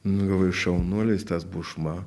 nu galvoju šaunuolis tas bušma